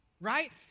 right